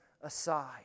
aside